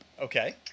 Okay